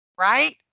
right